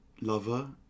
lover